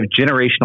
generational